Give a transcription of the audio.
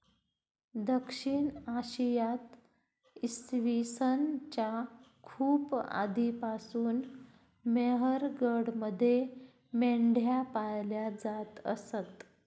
दक्षिण आशियात इसवी सन च्या खूप आधीपासून मेहरगडमध्ये मेंढ्या पाळल्या जात असत